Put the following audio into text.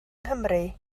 nghymru